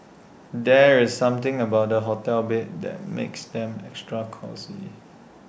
there is something about hotel beds that makes them extra cosy